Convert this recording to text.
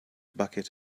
bucket